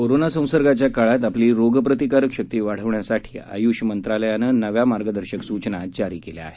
corona संसर्गाच्या काळात आपली रोगप्रतिकारक शक्ती वाढवण्यासाठी आयुष मंत्रालय नव्या मार्गदर्शक सूचना जारी केल्या आहेत